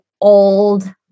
old